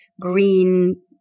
green